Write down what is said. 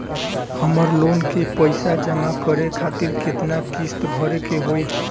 हमर लोन के पइसा जमा करे खातिर केतना किस्त भरे के होई?